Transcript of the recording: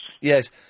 Yes